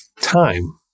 time